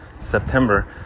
September